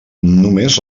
només